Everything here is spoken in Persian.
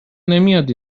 نمیاد